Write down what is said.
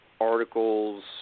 articles